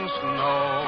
snow